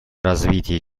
развитии